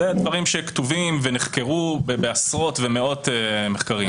אלה דברים שכתובים ונחקרו בעשרות ובמאות מחקרים.